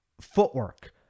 footwork